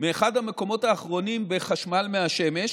מאחד המקומות האחרונים בחשמל מהשמש,